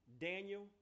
Daniel